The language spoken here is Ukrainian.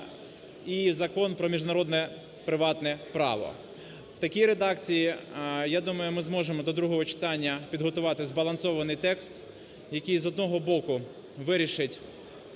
і Закон про міжнародне приватне право. В такій редакції, я думаю, ми зможемо до другого читання підготувати збалансований текс, який, з одного боку, вирішить